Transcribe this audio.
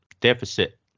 deficit